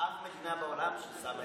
אף מדינה בעולם ששמה את,